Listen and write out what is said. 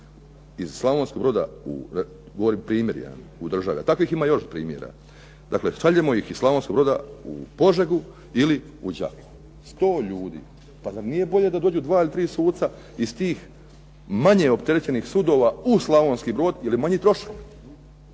primjer jedan u državi a takvih ima još primjera. Dakle, šaljemo ih iz Slavonskog Broda u Požegu ili u Đakovo 100 ljudi. Pa zar nije bolje da dođu dva ili tri suca iz tih manje opterećenih sudova u Slavonski Brod, to je manji trošak